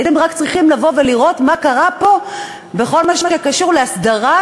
הייתם רק צריכים לבוא ולראות מה קרה פה בכל מה שקשור להסדרת